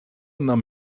nam